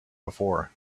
before